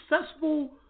successful